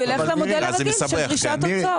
הוא יילך למודל הרגיל, של דרישת הוצאות.